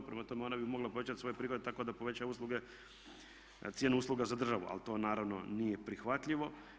Prema tome, ona bi mogla povećati svoje prihode tako da poveća cijenu usluga za državu, ali to naravno nije prihvatljivo.